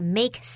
make